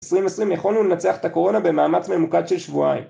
2020 יכולנו לנצח את הקורונה במאמץ ממוקד של שבועיים